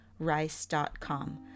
Rice.com